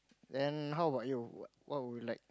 then how about you what would you like